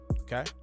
Okay